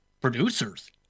producers